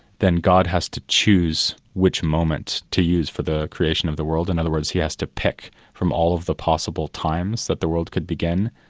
then god has to choose which moment to use the creation of the world, in other words he has to pick from all of the possible times that the world could begin,